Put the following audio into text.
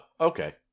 okay